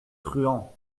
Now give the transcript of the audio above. truand